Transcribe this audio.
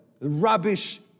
rubbish